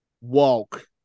walk